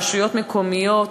רשויות מקומיות